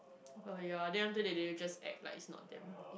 oh ya they have to do just act like it's not them